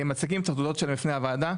מציגים את התעודות שלהם בפני הועדה.